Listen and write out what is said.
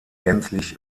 gänzlich